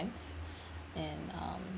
and um